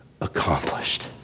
accomplished